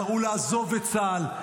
קראו לעזוב את צה"ל.